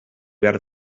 behar